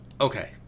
Okay